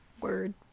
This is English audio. Word